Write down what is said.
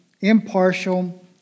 impartial